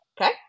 okay